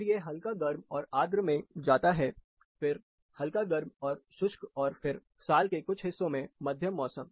फिर यह हल्का गर्म और आद्र में जाता है फिर हल्का गर्म और शुष्क और फिर साल के कुछ हिस्सों में मध्यम मौसम